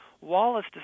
Wallace